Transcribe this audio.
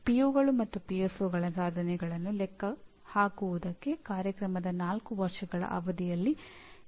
ಪದವಿಪೂರ್ವ ಎಂಜಿನಿಯರಿಂಗ್ ಕಾರ್ಯಕ್ರಮಗಳಿಗೆ ಸಂಬಂಧಿಸಿದ ನಾಲ್ಕು ಹಂತದ ಒಬ್ಜೆಕ್ಟಿವ್ಗಳನ್ನು ನಾವು ಗುರುತಿಸಿದ್ದೇವೆ